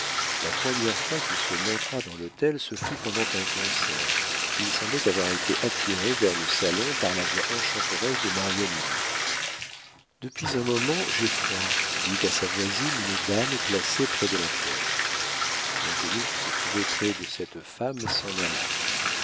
la première fois qu'il se montra dans l'hôtel ce fut pendant un concert où il semblait avoir été attiré vers le salon par la voix enchanteresse de marianina depuis un moment j'ai froid dit à sa voisine une dame placée près de la porte l'inconnu qui se trouvait près de cette femme s'en alla